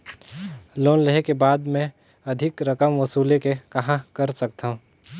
Loan लेहे के बाद मे अधिक रकम वसूले के कहां कर सकथव?